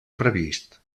previst